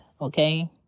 Okay